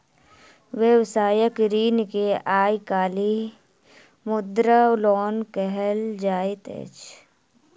व्यवसायिक ऋण के आइ काल्हि मुद्रा लोन कहल जाइत अछि